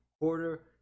quarter